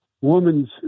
woman's